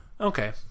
okay